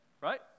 right